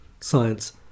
science